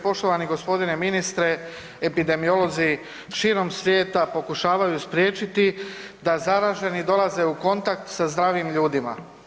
Poštovani gospodine ministre, epidemiolozi širom svijeta pokušavaju spriječiti da zaraženi dolaze u kontakt sa zdravim ljudima.